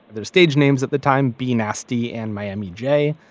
their stage names at the time be nasty and miami jay,